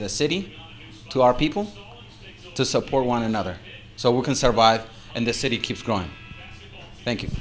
a city to our people to support one another so we can survive and the city keeps growing thank